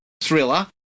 thriller